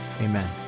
amen